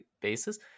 basis